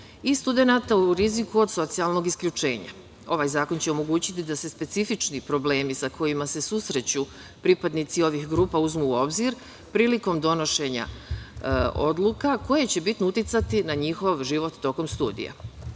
i studenata u riziku od socijalnog isključenja. Ovaj zakon će omogućiti da se specifični problemi sa kojima se susreću pripadnici ovih grupa uzmu u obzir prilikom donošenja odluka koje će bitno uticati na njihov život tokom studija. Takođe,